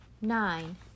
nine